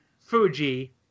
Fuji